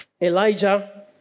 elijah